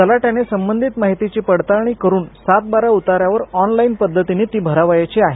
तलाठय़ाने संबंधित माहितीची पडताळणी करून सातबारा उताऱ्यांवर ऑनलाइन पद्धतीने ती भरायची आहे